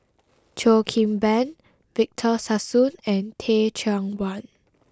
Cheo Kim Ban Victor Sassoon and Teh Cheang Wan